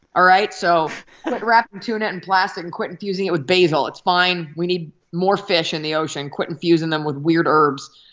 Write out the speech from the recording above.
all right? so quit wrapping tuna in plastic and quit infusing it with basil. it's fine. we need more fish in the ocean. quit infusing them with weird herbs.